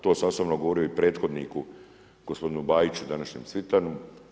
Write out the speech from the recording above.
To sam osobno govorio i prethodniku gospodinu Bajiću, današnjem Cvitanu.